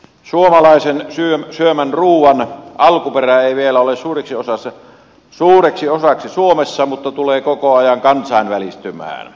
suomalaisen syömän ruuan alkuperä on vielä suureksi osaksi suomessa mutta tulee koko ajan kansainvälistymään